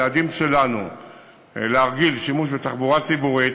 מבחינת היעדים שלנו להרגיל לשימוש בתחבורה ציבורית,